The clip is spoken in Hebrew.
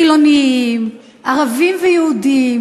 חילונים, ערבים ויהודים.